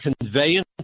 conveyance